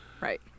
right